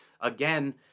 again